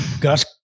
Gus